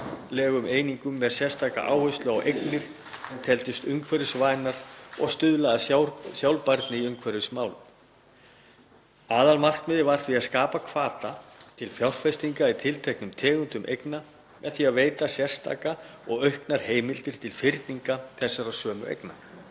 með sérstakri áherslu á eignir sem teldust umhverfisvænar og stuðla að sjálfbærni í umhverfismálum. Aðalmarkmiðið var því að skapa hvata til fjárfestinga í tilteknum tegundum eigna með því að veita sérstakar og auknar heimildir til fyrninga þessara sömu eigna.